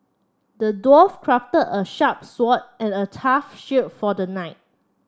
the dwarf crafted a sharp sword and a tough shield for the knight